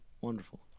Wonderful